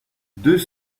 deux